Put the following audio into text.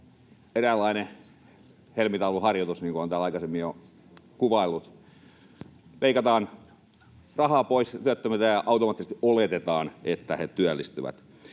eräänlainen helmitauluharjoitus, niin kuin olen täällä aikaisemmin jo kuvaillut: leikataan rahaa pois työttömiltä ja automaattisesti oletetaan, että he työllistyvät.